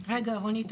רונית,